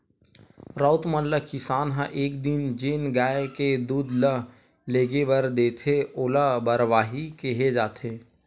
राउत मन ल किसान ह एक दिन जेन गाय के दूद ल लेगे बर देथे ओला बरवाही केहे जाथे